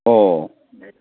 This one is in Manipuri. ꯑꯣ